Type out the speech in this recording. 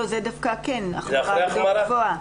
דווקא כאן יש החמרה.